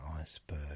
iceberg